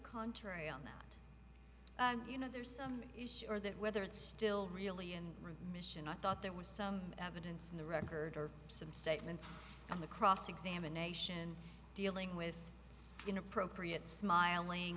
contrary on that i'm you know there's some are that whether it's still really and mission i thought there was some evidence in the record or some statements on the cross examination dealing with it's inappropriate smiling